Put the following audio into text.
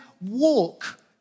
walk